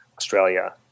Australia